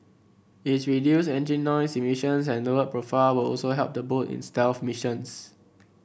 its reduced engine noise emissions and lowered profile will also help the boat in stealth missions